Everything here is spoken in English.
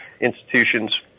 institutions